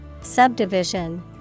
Subdivision